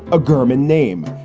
a german name.